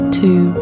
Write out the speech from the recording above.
two